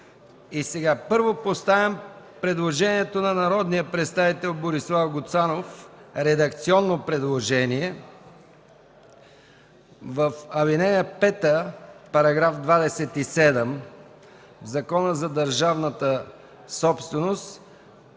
И сега, първо поставям на гласуване предложението на народния представител Борислав Гуцанов, редакционно предложение, в ал. 5, § 27, в Закона за държавната собственост